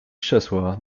krzesła